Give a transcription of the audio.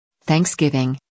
Thanksgiving